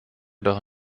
doch